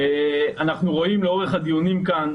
אנחנו רואים לאורך הדיונים כאן,